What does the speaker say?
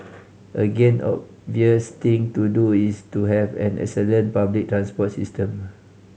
again obvious thing to do is to have an excellent public transport system